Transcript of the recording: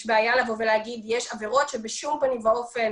יש בעיה לבוא ולהגיד שיש עבירות שבשום פנים ואופן